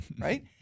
right